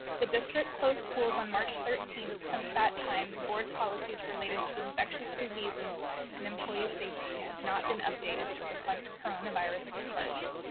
the district closed schools on march thirteenth. since that time, the board policies related to infectious diseases and employee safety have not been updated to reflect coronavirus safeguards.